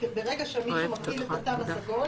כי ברגע שמישהו מפעיל את התו הסגול,